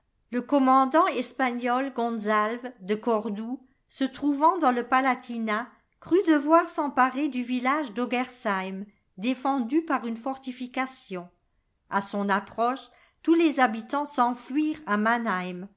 le commandant espagnol gonzalve de cordoue se trouvant dans le palatinat crut devoir s'emparer du village d'ogersheim défendu par une fortification a son approche tous les habitants s'enfuirent à